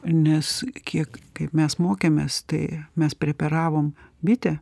nes kiek kaip mes mokėmės tai mes preparavom bitę